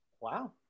Wow